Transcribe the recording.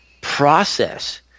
process